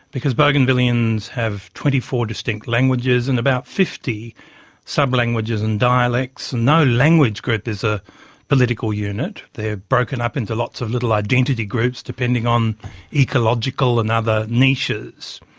because bougainvilleans have twenty four distinct languages and about fifty sub-languages and dialects, and no language group is a political unit, they are broken up into lots of little identity groups, depending on ecological and other niches.